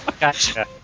Gotcha